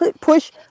push